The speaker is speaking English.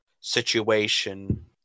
situation